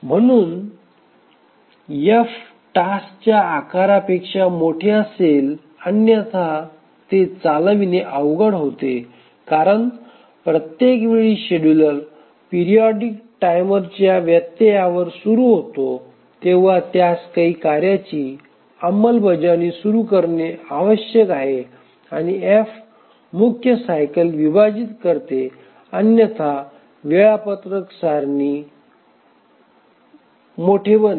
म्हणून F टास्कच्या आकारापेक्षा मोठे असेल अन्यथा ते चालविणे अवघड होते कारण प्रत्येक वेळी शेड्युलर पिरिऑडिक टाइमरच्या व्यत्ययावरसुरु होतो तेव्हा त्यास काही कार्याची अंमलबजावणी सुरू करणे आवश्यक आहे आणि F मुख्य सायकल विभाजित करते अन्यथा वेळापत्रक सारणी मोठे बनते